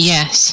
Yes